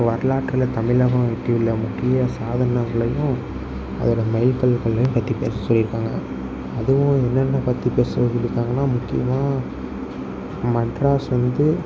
வரலாற்றில் தமிழகம் எட்டியுள்ள முக்கிய சாதனைங்களையும் அதோட மைல்கல்களையும் பற்றி பேச சொல்லியிருக்காங்க அதுவும் என்னென்ன பற்றி பேச சொல்லியிருக்காங்கனா முக்கியமாக மெட்ராஸ் வந்து